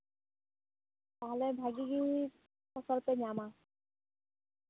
ᱛᱟᱦᱞᱮ ᱵᱷᱟᱜᱮ ᱜᱮ ᱯᱷᱚᱥᱚᱞ ᱯᱮ ᱧᱟᱢᱟ